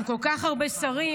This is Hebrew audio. עם כל כך הרבה שרים,